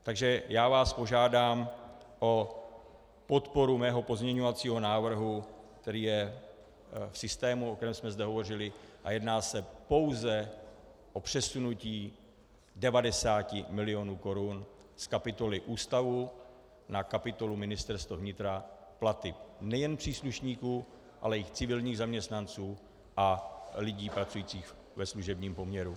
Takže já vás požádám o podporu mého pozměňovacího návrhu, který je v systému, o kterém jsme zde hovořili, a jedná se pouze o přesunutí 90 mil. korun z kapitoly ústavu na kapitolu Ministerstva vnitra, platy nejen příslušníků, ale i civilních zaměstnanců a lidí pracujících ve služebním poměru.